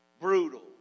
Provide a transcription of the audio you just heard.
Brutal